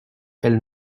elle